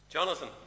Jonathan